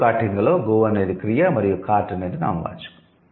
go కార్టింగ్లో 'go' అనేది క్రియ మరియు 'కార్ట్' అనేది నామవాచకం